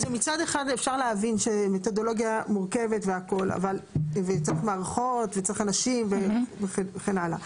מצד אחד אפשר להבין שמתודולוגיה מורכבת וצריך מערכות ואנשים וכן הלאה,